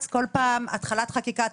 כל פעם התחלת חקיקה.